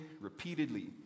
repeatedly